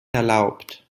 erlaubt